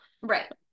right